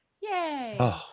Yay